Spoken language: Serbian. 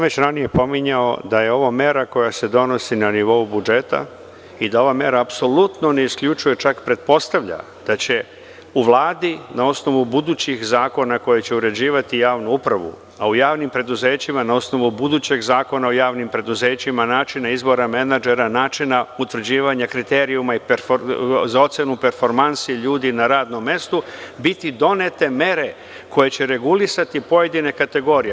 Već ranije sam pominjao da je ovo mera koja se donosi na nivou budžeta i da ova mera apsolutno ne isključuje, čak pretpostavlja da će u Vladi, na osnovu budućih zakona koje će uređivati javnu upravu, a u javnim preduzećima na osnovu budućeg zakona o javnim preduzećima, načina izbora menadžera, načina utvrđivanja kriterijuma za ocenu performansi ljudi na radnom mestu, biti donete mere koje će regulisati pojedine kategorije.